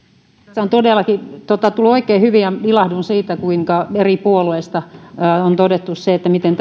se on todellakin tullut oikein hyvin ja ilahduin siitä kuinka eri puolueista on todettu se miten